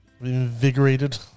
invigorated